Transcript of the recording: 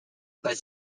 but